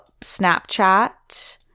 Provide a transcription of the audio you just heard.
snapchat